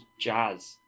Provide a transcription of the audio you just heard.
Jazz